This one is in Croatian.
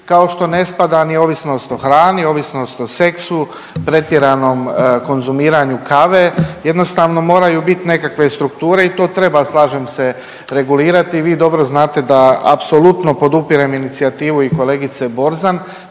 kao što ne spada ni ovisnost o hrani, ovisnost o seksu, pretjeranom konzumiranju kave, jednostavno moraju biti nekakve strukture i to treba, slažem se, regulirati i vi dobro znate da apsolutno podupirem inicijativu i kolegice Borzan.